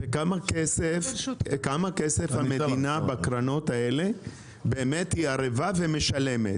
כמה כסף המדינה בקרנות האלה באמת ערבה ומשלמת?